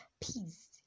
peace